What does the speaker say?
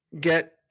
get